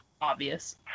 obvious